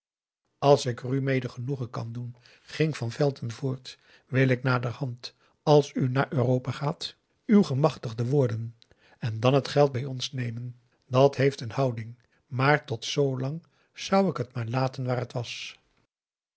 als ik er u mede genoegen kan doen ging van velton voort wil ik naderhand als u naar europa gaat uw gep a daum de van der lindens c s onder ps maurits machtigde worden en dàn het geld bij ons nemen dat heeft een houding maar tot zlang zou ik het maar laten waar het was